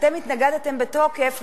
אתם התנגדתם בתוקף,